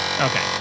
Okay